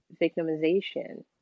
victimization